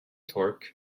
torque